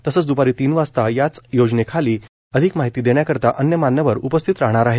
तसंच दूपारी तीन वाजता याच योजनांखाली अधिक माहिती देण्याकरिता अन्य मान्यवर उपस्थित राहणार आहेत